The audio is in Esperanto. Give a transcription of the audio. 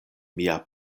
mia